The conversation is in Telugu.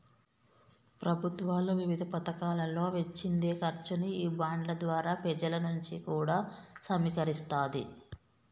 ప్రభుత్వాలు వివిధ పతకాలలో వెచ్చించే ఖర్చుని ఈ బాండ్ల ద్వారా పెజల నుంచి కూడా సమీకరిస్తాది